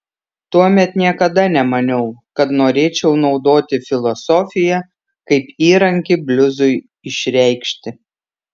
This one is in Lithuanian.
tuomet niekada nemaniau kad norėčiau naudoti filosofiją kaip įrankį bliuzui išreikšti